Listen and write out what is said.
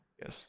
Yes